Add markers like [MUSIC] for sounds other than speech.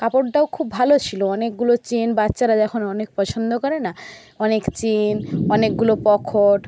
কাপড়টাও খুব ভালো ছিল অনেকগুলো চেন বাচ্চারা [UNINTELLIGIBLE] অনেক পছন্দ করে না অনেক চেন অনেকগুলো পকেট